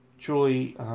truly